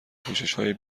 پوششهای